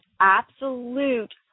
absolute